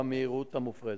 במהירות המופרזת.